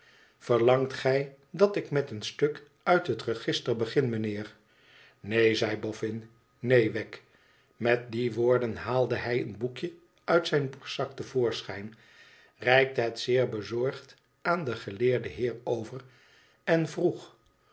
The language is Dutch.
verlangt gij dat ik met een stuk uit het register begin mijnheer f neen zei boffin meen wegg met die woorden haalde hij een boekje uit zijn borstzak te voorschijn reikte het zeer bezorgd aan den geleerden heer over en vroeg